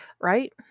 right